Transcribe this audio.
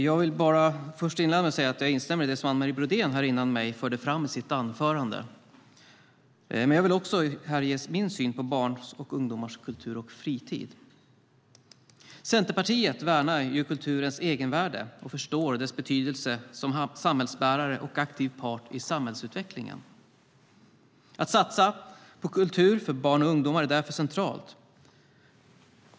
Herr talman! Jag instämmer i det som Anne Marie Brodén förde fram i sitt anförande, men vill också ge min syn på barns och ungdomars kultur och fritid. Centerpartiet värnar kulturens egenvärde och förstår dess betydelse som samhällsbärare och aktiv part i samhällsutvecklingen. Att satsa på kultur för barn och ungdomar är därför centralt.